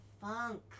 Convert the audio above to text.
funk